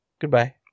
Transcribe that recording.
Goodbye